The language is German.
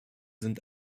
sind